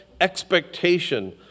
expectation